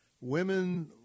women